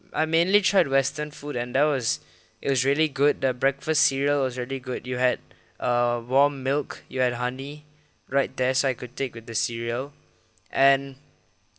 I mainly tried western food and that was it was really good the breakfast cereal was really good you had uh warm milk you had honey right there so I could take with the cereal and